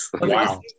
Wow